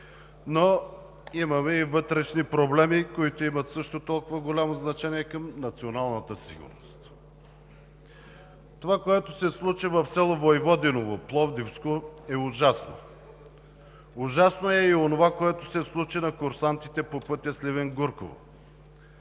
но имаме и вътрешни проблеми, които имат също толкова голямо значение към националната сигурност. Това, което се случи в село Войводиново, Пловдивско, е ужасно. Ужасно е онова, което се случи на курсантите по пътя Сливен – Гурково.